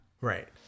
Right